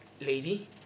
lady